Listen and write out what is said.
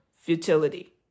futility